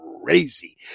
Crazy